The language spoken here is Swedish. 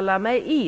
frågan.